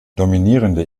dominierende